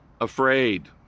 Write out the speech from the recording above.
afraid